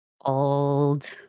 Old